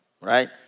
right